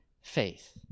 faith